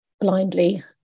Blindly